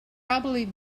probably